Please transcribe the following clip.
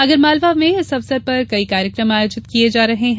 आगरमालवा में इस अवसर पर कई कार्यक्रम आयोजित किये जा रहे है